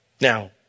Now